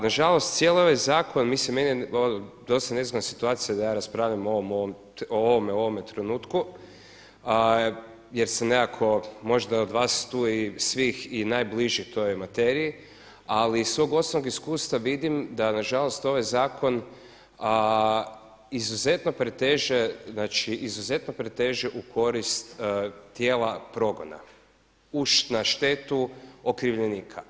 Nažalost cijeli ovaj zakon, mislim meni je dosta nezgodna situacija da ja raspravljam o ovome u ovom trenutku jer sam nekako možda od vas tu i svih i najbliži toj materiji ali iz svog osobnog iskustva vidim da na žalost ovaj zakon izuzetno preteže, znači izuzetno preteže u korist tijela progona na štetu okrivljenika.